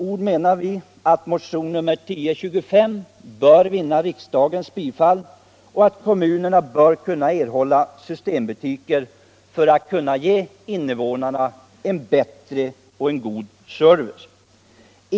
Vi menar att motionen 1025 bör vinna riksdagens bifall och att kommunerna bör kunna erhålla systembutiker för att kunna ge invånarna en bättre service.